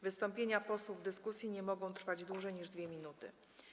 Wystąpienia posłów w dyskusji nie mogą trwać dłużej niż 2 minuty.